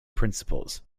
principles